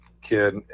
Kid